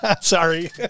Sorry